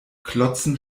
klotzen